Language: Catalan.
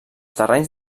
terrenys